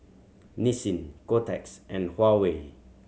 Nissin Kotex and Huawei